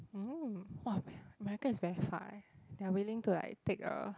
mm !wah! America is very far eh they are willing to like take a